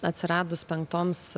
atsiradus penktoms